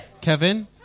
Kevin